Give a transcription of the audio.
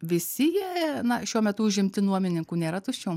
visi jie na šiuo metu užimti nuomininkų nėra tuščių